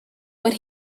but